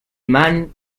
man